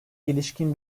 ilişkin